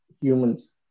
humans